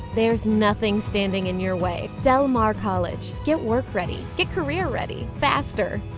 there's nothing standing in your way. del mar college, get work-ready, get career-ready, faster.